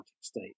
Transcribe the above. state